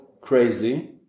crazy